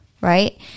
right